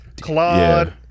Claude